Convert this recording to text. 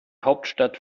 hauptstadt